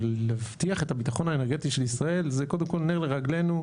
אבל להבטיח את הביטחון האנרגטי של ישראל זה קודם כל נר לרגלנו.